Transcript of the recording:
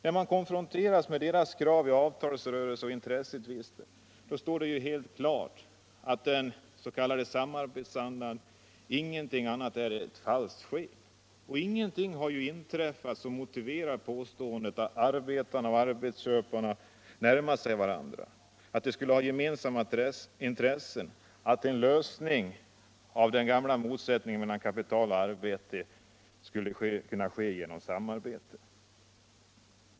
När man konfronteras med deras krav i avtalsrörelser och intressetvister står det helt klart att den s.k. samarbetsandan ingenting annat är än ett falskt sken. Ingenting har ju imträffat som motiverar påståendet att arbetarna och arbetsköparna närmat sig varandra, att de skulle ha gemensamma intressen och att en lösning av den gamla motsättningen mellan kapital och arbete skulle kunna komma till stånd genom samarbete.